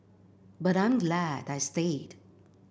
but I am glad I stayed